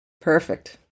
Perfect